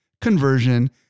conversion